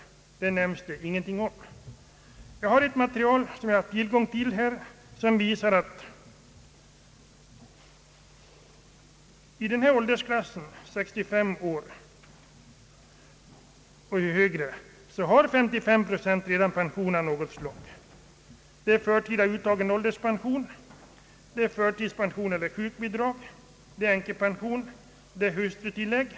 Det nämns det ingenting om. Jag har tillgång till material som visar att i åldersklassen 65 år och äldre har 55 procent redan pension av något slag. Det är förtida uttag av ålderspension, förtidspension eller sjukbidrag, änkepension, och det är hustrutillägg.